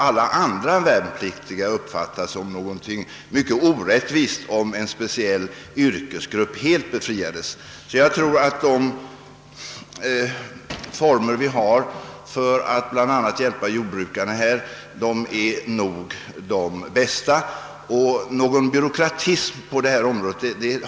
Alla andra värnpliktiga skulle därför uppfatta det som mycket orättvist, om en speciell yrkesgrupp helt befriades under en viss tid på året. De former vi redan har för att bl.a. hjälpa jordbrukarna är nog de bästa, och någon byråkratism på detta område finns inte.